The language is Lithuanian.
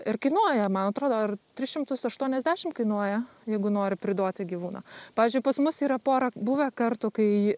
ir kainuoja man atrodo ar tris šimtus aštuoniasdešim kainuoja jeigu nori priduoti gyvūną pavyzdžiui pas mus yra pora buvę kartų kai